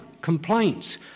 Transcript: complaints